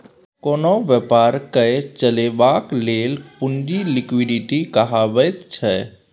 कोनो बेपारकेँ चलेबाक लेल पुंजी लिक्विडिटी कहाबैत छै